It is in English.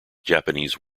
japanese